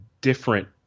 different